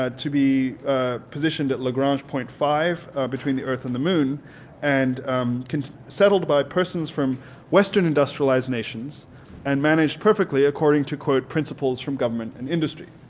ah to be positioned at lagrange point five between the earth and the moon and settled by persons from western industrialized nations and managed perfectly according to principles from government and industry.